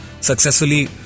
successfully